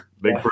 Big